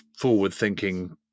forward-thinking